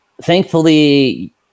Thankfully